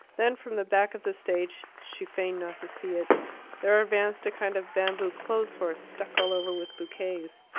then from the back of the stage she feigned not to see it there advanced a kind of bamboo clothes-horse, stuck all over with bouquets.